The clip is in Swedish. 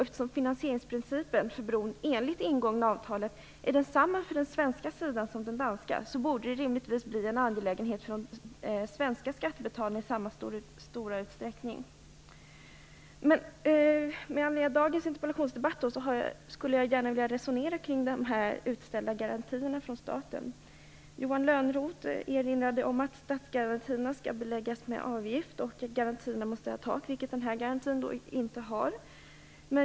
Eftersom finansieringsprincipen för bron enligt det ingångna avtalet är densamma för den svenska sidan som för den danska, borde det rimligtvis bli en angelägenhet för de svenska skattebetalarna i samma stora utsträckning. Med anledning av dagens interpellationsdebatt skulle jag gärna vilja resonera kring de utställda garantierna från staten. Johan Lönnroth erinrade om att statsgarantierna skall beläggas med avgift och att de måste ha ett tak, vilket dessa garantier inte har.